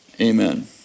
Amen